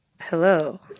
hello